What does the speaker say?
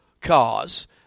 cars –